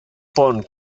pont